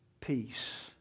peace